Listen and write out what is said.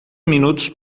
minutos